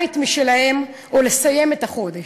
בית משלהם, או לסיים את החודש.